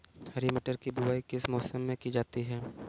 हरी मटर की बुवाई किस मौसम में की जाती है?